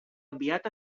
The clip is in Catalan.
enviat